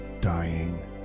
dying